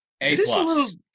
A-plus